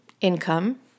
income